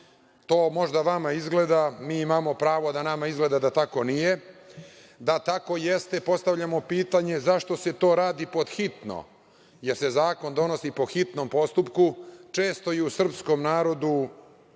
To možda vama izgleda, a mi imamo pravo da nama izgleda da tako nije. Da tako jeste, postavljamo pitanje – zašto se to radi podhitno, jer se zakon donosi po hitnom postupku? Često je u srpskom narodu